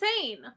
insane